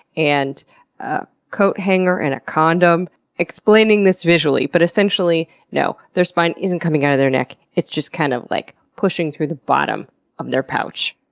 and a coat hanger, and a condom explaining this visually. but essentially, no, their spine isn't coming out of their neck, it's just kind of like pushing through the bottom of their pouch.